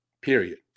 period